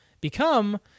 become